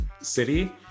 city